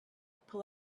pull